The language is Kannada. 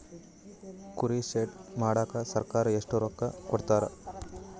ಕುರಿ ಶೆಡ್ ಮಾಡಕ ಸರ್ಕಾರ ಎಷ್ಟು ರೊಕ್ಕ ಕೊಡ್ತಾರ?